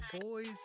boys